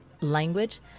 language